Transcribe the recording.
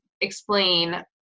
explain